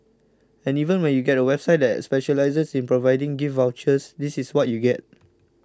and even when you get a website that specialises in providing gift vouchers this is what you get